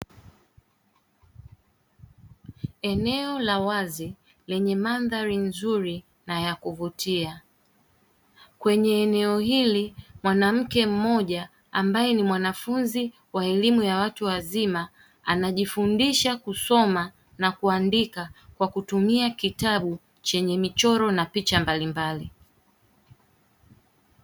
Eneo la wazi lenye mandhari nzuri na ya kuvutia, kwenye eneo hili mwanamke mmoja ambaye ni mwanafunzi wa elimu ya watu wazima anajifundisha kusoma na kuandika kwa kutumia kitabu chenye michoro na picha mbalimbali.